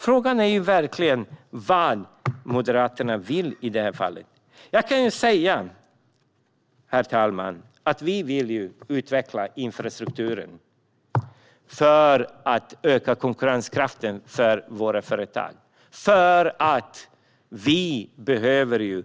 Frågan är verkligen vad Moderaterna vill i det här fallet. Jag kan säga, herr talman, att vi vill utveckla infrastrukturen för att öka konkurrenskraften för våra företag eftersom vi behöver